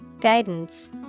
Guidance